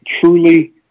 truly